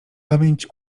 pamięć